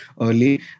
early